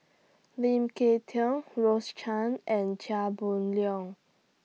Lim Kay Tong Rose Chan and Chia Boon Leong